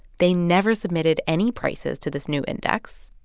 they never submitted any prices to this new index.